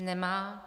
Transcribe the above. Nemá.